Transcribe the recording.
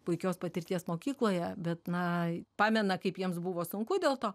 puikios patirties mokykloje bet na pamena kaip jiems buvo sunku dėl to